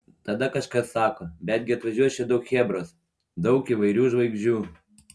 tada kažkas sako bet gi atvažiuos čia daug chebros daug įvairių žvaigždžių